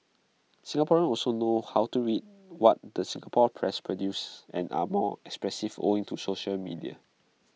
Singaporeans also know how to read what the Singapore press produces and are more expressive owing to social media